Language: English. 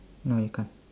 no you can't